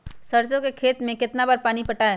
सरसों के खेत मे कितना बार पानी पटाये?